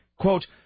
quote